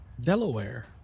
Delaware